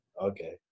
Okay